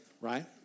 right